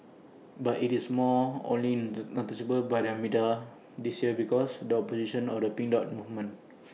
but IT is more only noticed by the media this year because the opposition or the pink dot movement